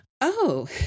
Oh